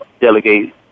delegate